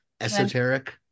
esoteric